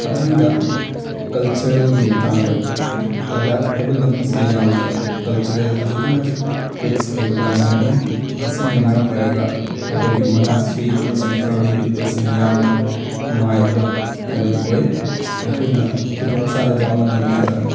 ꯃꯊꯪꯗ ꯀꯜꯆꯔꯦꯜꯒꯤ ꯃꯇꯥꯡꯗ ꯂꯗꯥꯛ ꯍꯥꯏꯕ ꯂꯝ ꯑꯁꯤ ꯌꯥꯝꯅ ꯀꯜꯆꯔꯦꯜ ꯑꯗꯨꯛꯀꯤ ꯃꯇꯤꯛ ꯔꯤꯁ ꯑꯣꯏꯕ ꯂꯝ ꯑꯃꯅꯤ ꯃꯁꯤꯅ ꯃꯔꯝ ꯑꯣꯏꯔꯒ ꯃꯈꯣꯏꯒꯤ ꯃꯣꯅꯥꯁꯇ꯭ꯔꯤ ꯑꯃꯁꯨꯡ ꯐ꯭ꯔꯦꯟꯂꯤ ꯄꯤꯄꯜꯁꯤꯡ ꯌꯥꯝꯅ ꯅꯨꯡꯉꯥꯏꯕ ꯍꯥꯏꯕꯗꯨ ꯑꯣꯏ ꯑꯩꯈꯣꯏꯅ ꯈꯨꯗꯣꯡ ꯆꯥꯗꯕ ꯑꯃ ꯂꯝꯕꯤꯗ